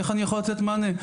איך אני יכול לתת מענה?